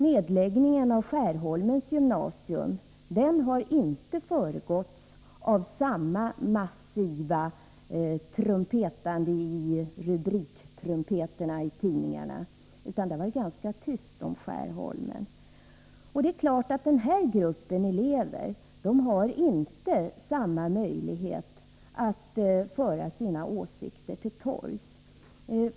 Nedläggningen av Skärholmens gymnasium har inte föregåtts av samma massiva ”rubriktrumpetande” i tidningarna, utan det har varit ganska tyst om Skärholmens gymnasium. Den här gruppen elever har naturligtvis inte samma möjlighet att föra sin åsikt till torgs.